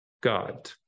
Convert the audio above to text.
God